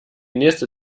nächste